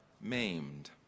maimed